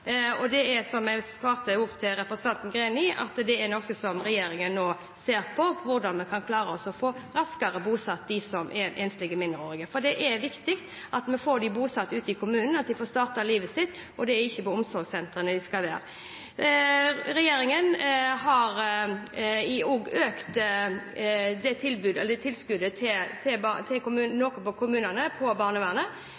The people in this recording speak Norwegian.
jeg svarte representanten Greni, noe regjeringen nå ser på, hvordan vi kan klare å få bosatt de som er enslige mindreårige, raskere. Det er viktig at vi får bosatt dem ute i kommunene, at de får startet livet sitt, og det er ikke på omsorgssentrene de skal være. Regjeringen har også økt tilskuddet noe til kommunene når det gjelder barnevernet, men vi må komme tilbake igjen med hensyn til de konkrete utgiftene som dette bringer med seg. Men det er også viktig å se på